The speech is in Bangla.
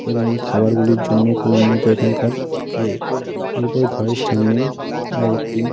এবং এই খাবারগুলির জন্যও খুব উন্নত এখানকার ইয়ে এরপর ঘরের সামনে আরেকটি